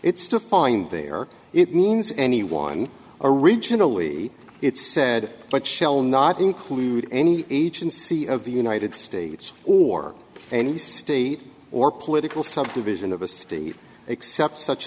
it's to find there it means anyone originally it said but shall not include any agency of the united states or any state or political subdivision of a city except such